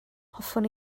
hoffwn